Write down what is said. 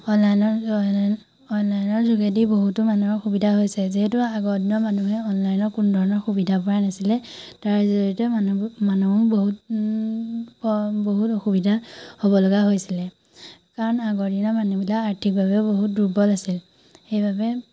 অনলাইনৰ অনলাইনৰ যোগেদি বহুতো মানুহৰ সুবিধা হৈছে যিহেতু আগৰ দিনৰ মানুহে অনলাইনৰ কোনো ধৰণৰ সুবিধা পোৱা নাছিলে তাৰ জৰিয়তে মানুহবোৰ মানুহো বহুত বহুত অসুবিধা হ'ব লগা হৈছিলে কাৰণ আগৰ দিনৰ মানুহবিলাক আৰ্থিকভাৱেও বহুত দুৰ্বল আছিল সেইবাবে